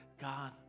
God